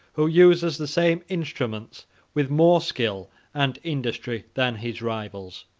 who uses the same instruments with more skill and industry than his rivals.